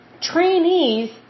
trainees